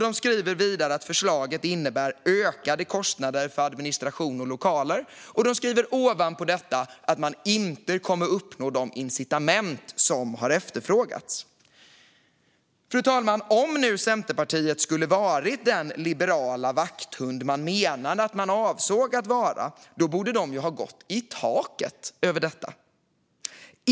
De skriver vidare: "Förslaget innebär samtidigt ökade kostnader i form av till exempel administration och lokaler." Ovanpå detta skriver de att man inte kommer att uppnå de incitament som har efterfrågats. Fru talman! Om nu Centerpartiet hade varit den liberala vakthund man har menat sig vara borde man ha gått i taket för detta.